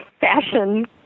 fashion